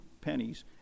pennies